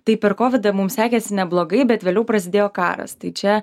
tai per kovidą mum sekėsi neblogai bet vėliau prasidėjo karas tai čia